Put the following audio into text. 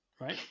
Right